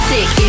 Sick